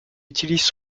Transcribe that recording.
utilisent